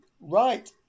Right